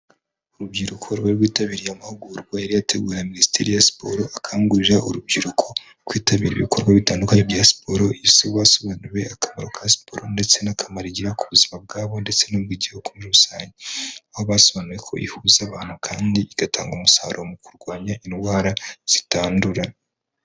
Urubyiruko rwri rwitabiriye amahugurwa yari yateguwe na Minisiteri ya Siporo, akangurira urubyiruko kwitabira ibikorwa bitandukanye bya siporo, basobanuriwe akamaro ka siporo ndetse n'akamaro igira ku buzima bwabo ndetse n'ubw'igihugu muri rusange, aho basobanuriwe ko ihuza abantu kandi igatanga umusaruro mu kurwanya indwara zitandura.